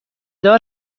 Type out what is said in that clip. دار